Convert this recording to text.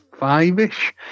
five-ish